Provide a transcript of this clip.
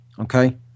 okay